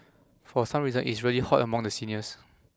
for some reason is really hot among the seniors